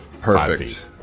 Perfect